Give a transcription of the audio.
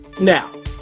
Now